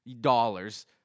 dollars